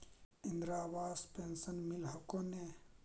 Indira Awas pension मिल हको ने?